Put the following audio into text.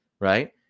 right